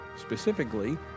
specifically